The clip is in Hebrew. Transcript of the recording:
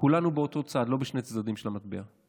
כולנו באותו צד, לא בשני צדדים של המטבע.